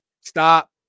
Stop